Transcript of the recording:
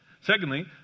Secondly